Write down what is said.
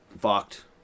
fucked